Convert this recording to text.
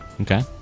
Okay